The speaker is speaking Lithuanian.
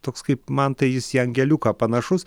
toks kaip man tai jis į angeliuką panašus